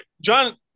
John